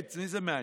את מי זה מעניין?